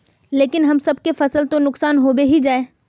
लेकिन हम सब के फ़सल तो नुकसान होबे ही जाय?